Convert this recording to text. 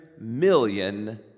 million